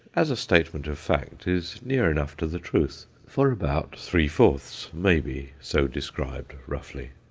as a statement of fact, is near enough to the truth, for about three-fourths may be so described roughly.